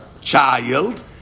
child